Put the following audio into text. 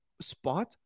spot